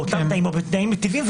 או בתנאים מיטיבים,